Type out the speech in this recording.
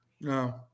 no